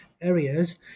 areas